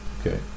Okay